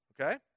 Okay